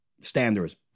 standards